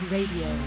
Radio